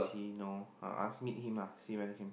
he know uh ask meet him lah see whether